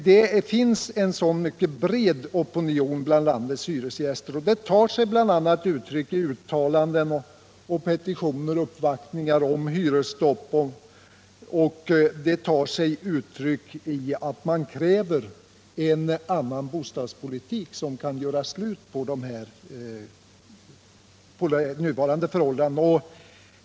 Det finns en mycket bred sådan opinion bland landets hyresgäster, och den tar sig uttryck i uttalanden, petitioner och uppvaktningar om hyresstopp, och i krav på en annan bostadspolitik, som kan göra slut på de nuvarande förhållandena.